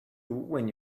when